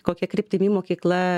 kokia kryptimi mokykla